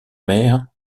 mères